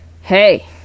hey